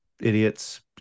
idiots